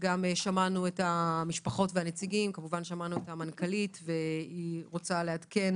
קודם בו שמענו את נציגי המשפחות ואת המנכ"לית והיא תרצה לעדכן